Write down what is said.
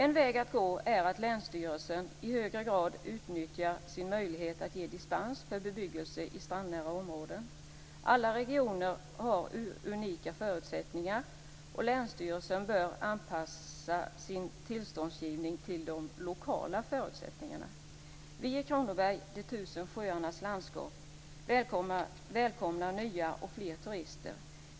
En väg att gå är att länsstyrelsen i högre grad utnyttjar sin möjlighet att ge dispens för bebyggelse i strandnära områden. Alla regioner har unika förutsättningar, och länsstyrelsen bör anpassa sin tillståndsgivning till de lokala förutsättningarna. Vi i Kronoberg, de tusen sjöarnas landskap, välkomnar nya och fler turister.